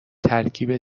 ترکیب